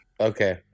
Okay